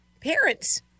parents